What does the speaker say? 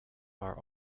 are